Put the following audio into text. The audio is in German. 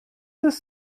ist